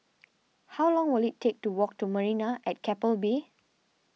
how long will it take to walk to Marina at Keppel Bay